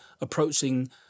approaching